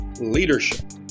Leadership